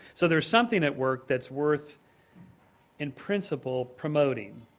so there's something at work that's worth in principle promoting,